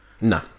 No